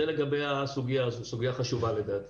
זה לגבי הסוגיה הזאת, שהיא סוגיה חשובה לדעתי.